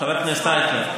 חבר הכנסת אייכלר.